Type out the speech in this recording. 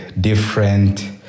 different